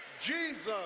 Jesus